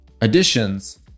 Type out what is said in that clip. additions